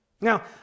Now